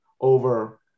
over